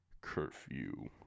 curfew